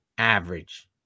Average